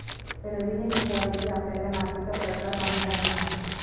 रवीने विचारले की, आपल्याला मातीचा प्रकार माहीत आहे का?